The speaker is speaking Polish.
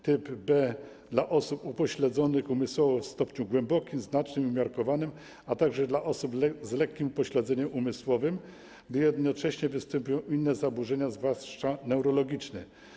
Typ B - dla osób upośledzonych umysłowo w stopniu głębokim, znacznym, umiarkowanym, a także dla osób z lekkim upośledzeniem umysłowym, gdy jednocześnie występują inne zaburzenia, zwłaszcza neurologiczne.